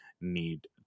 need